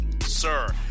sir